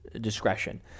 discretion